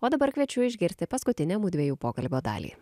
o dabar kviečiu išgirti paskutinę mudviejų pokalbio dalį